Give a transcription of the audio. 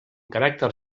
caràcter